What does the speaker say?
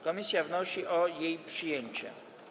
Komisja wnosi o jej przyjęcie.